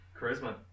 Charisma